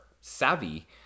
savvy